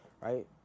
right